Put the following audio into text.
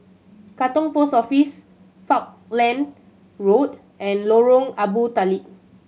Katong Post Office Falkland Road and Lorong Abu Talib